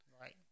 Right